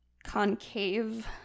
Concave